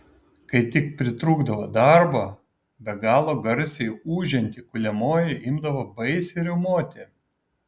kai tik pritrūkdavo darbo be galo garsiai ūžianti kuliamoji imdavo baisiai riaumoti